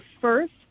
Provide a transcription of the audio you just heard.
first